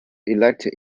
elected